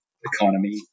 economy